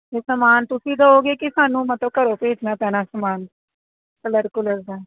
ਤੇ ਸਮਾਨ ਤੁਸੀਂ ਦਓਗੇ ਕਿ ਸਾਨੂੰ ਮਤਲਬ ਘਰੋਂ ਭੇਜਣਾ ਪੈਣਾ ਸਮਾਂ ਕਲਰ ਕੁਲਰ ਦਾ